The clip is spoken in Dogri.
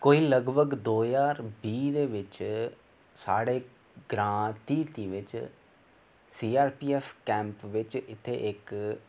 कोई लगभग दो ज्हार बीह् दे बिच्च साढ़े ग्रां तिती बिच्च सीआरपीएफ कैम्प बिच इक